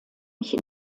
mich